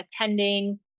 attending